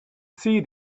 see